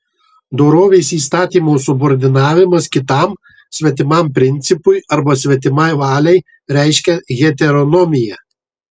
dorovės įstatymo subordinavimas kitam svetimam principui arba svetimai valiai reiškia heteronomiją